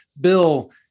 Bill